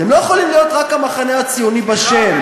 אתם לא יכולים להיות המחנה הציוני רק בשם.